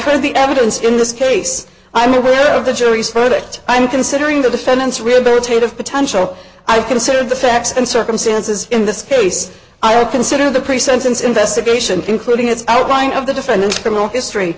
think the evidence in this case i'm aware of the jury's verdict i'm considering the defendant's rehabilitative potential i consider the facts and circumstances in this case i would consider the pre sentence investigation including its outline of the defendant's criminal history